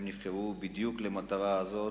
הם נבחרו בדיוק למטרה הזאת,